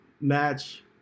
match